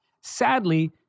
Sadly